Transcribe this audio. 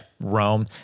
Rome